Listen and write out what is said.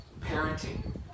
parenting